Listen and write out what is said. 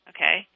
Okay